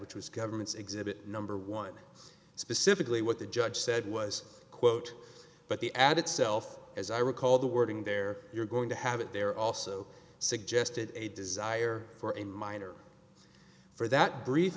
which was government's exhibit number one specifically what the judge said was quote but the ad itself as i recall the wording there you're going to have it there also suggested a desire for in mine or for that